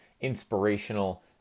inspirational